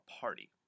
party